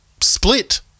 split